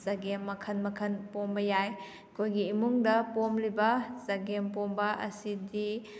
ꯆꯒꯦꯝ ꯃꯈꯟ ꯃꯈꯟ ꯄꯣꯝꯕ ꯌꯥꯏ ꯑꯩꯈꯣꯏꯒꯤ ꯏꯃꯨꯡꯗ ꯄꯣꯝꯂꯤꯕ ꯆꯒꯦꯝꯄꯣꯝꯕ ꯑꯁꯤꯗꯤ